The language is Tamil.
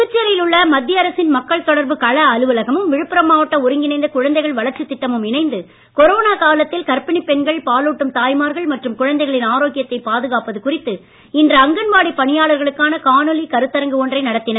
புதுச்சேரியில் உள்ள மத்திய அரசின் மக்கள் தொடர்பு கள அலுவலகமும் விழுப்புரம் மாவட்ட ஒருங்கிணைந்த குழந்தைகள் வளர்ச்சித் திட்டமும் இணைந்து கொரோனா காலத்தில் கர்ப்பிணிப் பெண்கள் பாலூட்டும் தாய்மார்கள் மற்றும் குழந்தைகளின் ஆரோக்கியத்தை பாதுகாப்பது குறித்து இன்று அங்கன்வாடி பணியாளர்களுக்கான காணொலி கருத்தரங்கு ஒன்றை நடத்தின